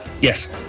Yes